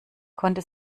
konnte